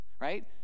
right